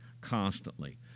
constantly